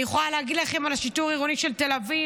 אני יכולה להגיד לכם על השיטור העירוני של תל אביב,